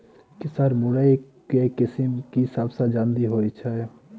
Sir मुरई केँ किसिम केँ सबसँ जल्दी होइ छै?